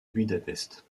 budapest